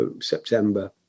September